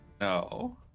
No